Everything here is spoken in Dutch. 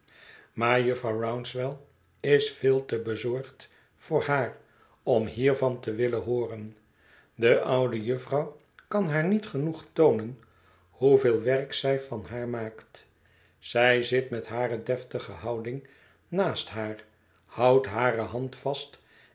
maar jufvrouw rouncewell is veel te bezorgd voor haar om hiervan te willen hooren de oude jufvrouw kan haar niet genoeg toonen hoeveel werk zij van haar maakt zij zit met hare deftige houding naast haar houdt hare hand vast